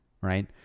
right